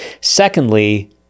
Secondly